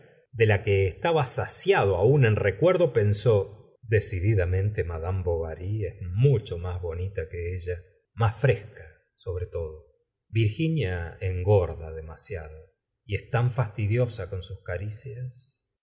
de la que estaba saciado aún en recuerdo pensó decididamente madame bovary es mucho más bonita que ella mas fresca sobre todo virginia engorda demasiado y es tan fastidiosa con sus caricias